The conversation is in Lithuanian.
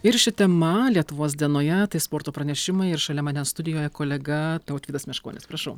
ir ši tema lietuvos dienoje tai sporto pranešimai ir šalia manęs studijoje kolega tautvydas meškonis prašau